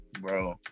bro